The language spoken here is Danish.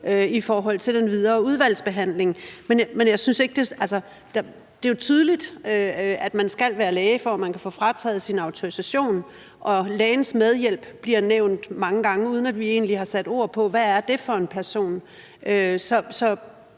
i forhold til den videre udvalgsbehandling. Men det er jo tydeligt, at man skal være læge, for at man kan få frataget sin autorisation, og lægens medhjælp bliver nævnt mange gange, uden at vi egentlig har sat ord på, hvad det er for en person. Og